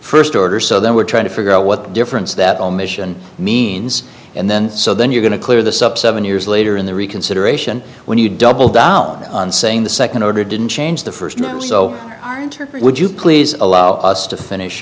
first order so that we're trying to figure out what difference that omission means and then so then you're going to clear this up seven years later in the reconsideration when you double down on saying the second order didn't change the first you know so far interpret would you please allow us to finish